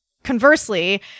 Conversely